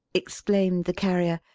exclaimed the carrier.